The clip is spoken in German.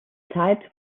zeit